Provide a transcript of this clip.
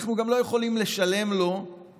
אנחנו גם לא יכולים לשלם לו וזהו,